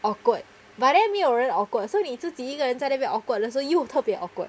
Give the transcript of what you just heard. awkward but then 没有人 awkward so 你自己一个人在那边 awkward 的时候又特别 awkward